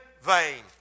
vain